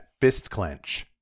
Fistclench